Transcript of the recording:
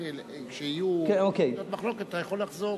כשיהיו נקודות מחלוקת אתה יכול לחזור.